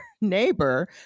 neighbor